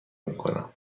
میکنم